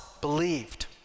believed